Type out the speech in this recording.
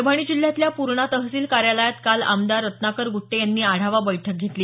परभणी जिल्ह्यातल्या पूर्णा तहसील कार्यालयात काल आमदार रत्नाकर गुट्टे यांनी आढावा बैठक घेतली